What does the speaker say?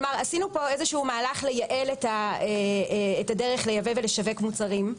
כלומר עשינו פה מהלך לייעל את הדרך לייבא ולשווק מוצרים.